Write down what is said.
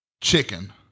chicken